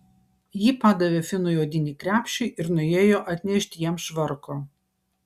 ji padavė finui odinį krepšį ir nuėjo atnešti jam švarko